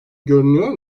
görünüyor